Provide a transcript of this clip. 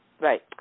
Right